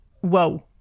whoa